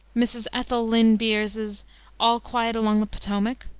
mrs. ethel lynn beers's all quiet along the potomac,